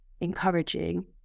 encouraging